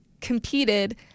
competed